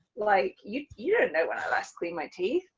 like you you don't know when i last clean my teeth,